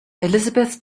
elizabeth